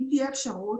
אם תהיה אפשרות,